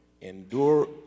endure